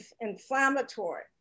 inflammatory